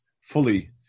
fully